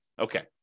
Okay